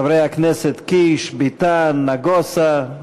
חברי הכנסת קיש, ביטן, נגוסה,